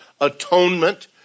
atonement